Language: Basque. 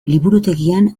liburutegian